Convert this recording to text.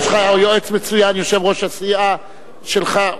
יש לך יועץ מצוין, יושב-ראש הסיעה שלך.